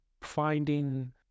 finding